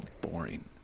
boring